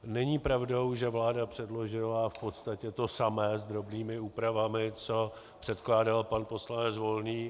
Není pravdou, že vláda předložila v podstatě to samé s drobnými úpravami, co předkládal pan poslanec Volný.